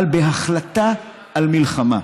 אבל בהחלטה על מלחמה,